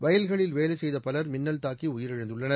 வயல்களில் வேலை செய்த பவர் மின்னல் தாக்கி உயிரிழந்துள்ளனர்